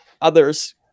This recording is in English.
others